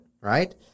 right